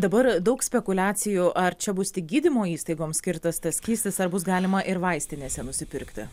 dabar daug spekuliacijų ar čia bus tik gydymo įstaigoms skirtas tas skystis ar bus galima ir vaistinėse nusipirkti